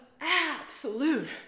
absolute